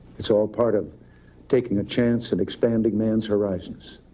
it's all part of taking a chance and expanding man's horizons.